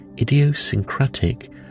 idiosyncratic